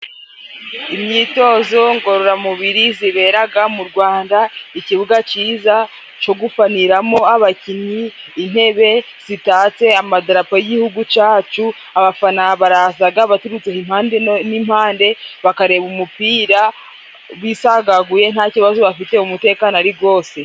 Imyitozo ngororamubiri zibera mu rwanda, ikibuga cyiza cyo gufaniramo abakinnyi, intebe zitatse amadarapo y'igihugu cyacu, abafana baraza baturutse impande n'impande bakareba umupira bisagaguye nta kibazo bafite umutekano ari wose.